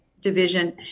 division